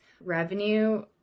revenue